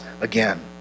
again